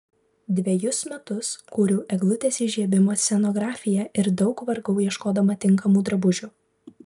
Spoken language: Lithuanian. dvejus metus kūriau eglutės įžiebimo scenografiją ir daug vargau ieškodama tinkamų drabužių